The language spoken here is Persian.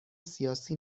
سیاسی